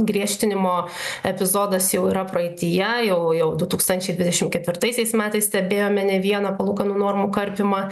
griežtinimo epizodas jau yra praeityje jau jau du tūkstančiai dvidešimt ketvirtaisiais metais stebėjome ne vieną palūkanų normų karpymą